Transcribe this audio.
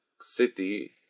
city